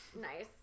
nice